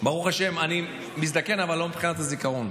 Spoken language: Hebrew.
ברוך השם, אני מזדקן, אבל לא מבחינת הזיכרון.